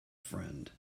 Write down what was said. friend